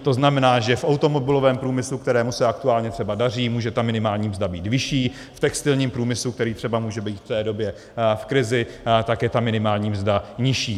To znamená, že v automobilovém průmyslu, kterému se aktuálně třeba daří, může ta minimální mzda být vyšší, v textilním průmyslu, který třeba může být v té době v krizi, je ta minimální mzda nižší.